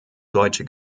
deutsche